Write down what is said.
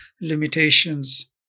limitations